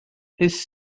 his